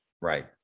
Right